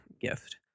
gift